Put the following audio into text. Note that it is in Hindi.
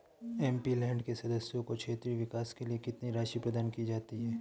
एम.पी.लैंड के सदस्यों को क्षेत्रीय विकास के लिए कितनी राशि प्रदान की जाती है?